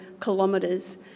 kilometres